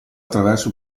attraverso